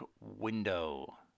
Window